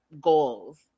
goals